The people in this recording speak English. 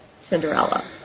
Cinderella